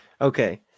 Okay